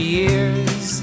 years